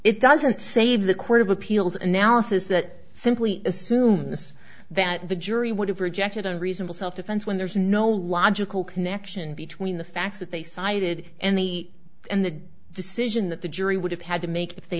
it doesn't save the court of appeals analysis that simply assumes that the jury would have rejected a reasonable self defense when there is no logical connection between the facts that they cited and the and the decision that the jury would have had to make if they